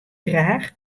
graach